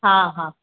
हा हा